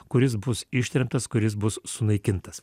kuris bus ištremtas kuris bus sunaikintas